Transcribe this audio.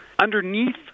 underneath